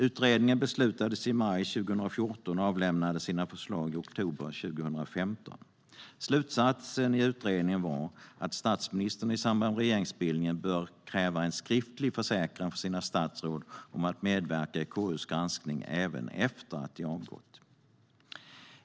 Utredningen beslutades i maj 2014 och avlämnade sina förslag i oktober 2015. Slutsatsen i utredningen var att statsministern i samband med regeringsbildningen bör kräva en skriftlig försäkran från sina statsråd om att medverka i KU:s granskning även efter att de har avgått.